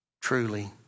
truly